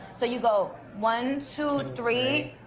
so you go, one, two, three,